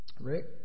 Rick